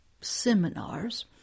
seminars